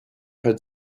had